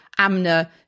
Amna